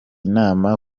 nama